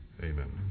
Amen